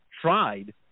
tried